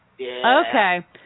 Okay